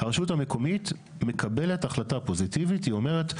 הרשות המקומית מקבלת החלטה פוזיטיבית ואומרת,